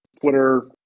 Twitter